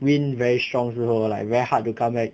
wind very strong 时候 like very hard to come back